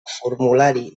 formulari